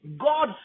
God